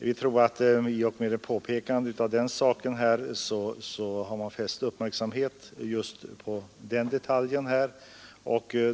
Vi tror att vi med vårt påpekande har fäst uppmärksamheten på denna detalj.